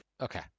Okay